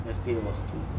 yesterday was two